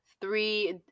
three –